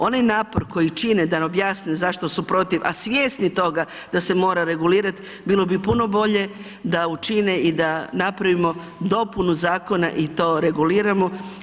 Onaj napor koji čine da nam objasne zašto su protiv, a svjesni toga da se mora regulirati bilo bi puno bolje da učine i da napravimo dopunu zakona i to reguliramo.